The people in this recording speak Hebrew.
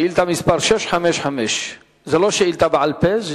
זאת לא שאילתא בעל-פה.